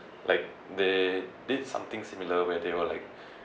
like they did something similar where they were like